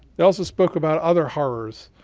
they also spoke about other horrors.